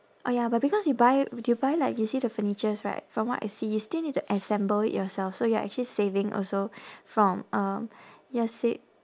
oh ya but because you buy do you buy like you see the furnitures right from what I see you still need to assemble it yourself so you're actually saving also from um you're sav~